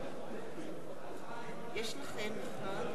אני מניתי ארבעה נמנעים.